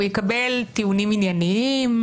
הוא יקבל טיעונים ענייניים?